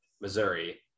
Missouri